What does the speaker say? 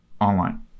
online